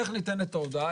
איך ניתנת ההודעה?